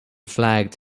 flagged